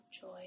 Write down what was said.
Joy